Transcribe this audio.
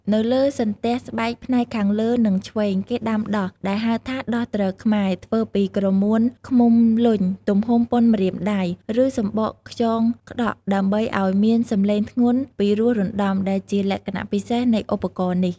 នៅលើសន្ទះស្បែកផ្នែកខាងលើនិងឆ្វេង គេដាំ "ដោះ" ដែលហៅថា "ដោះទ្រខ្មែរ" ធ្វើពីក្រមួនឃ្មុំលុញទំហំប៉ុនម្រាមដៃ ឬសំបកខ្យងក្តក់ ដើម្បីឲ្យមានសំឡេងធ្ងន់ពីរោះរណ្ដំដែលជាលក្ខណៈពិសេសនៃឧបករណ៍នេះ។